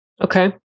Okay